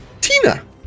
Tina